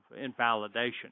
invalidation